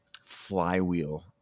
flywheel